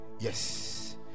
Yes